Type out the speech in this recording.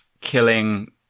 killing